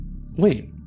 Wait